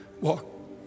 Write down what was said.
walk